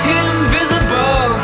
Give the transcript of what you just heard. invisible